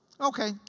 okay